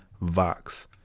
Vox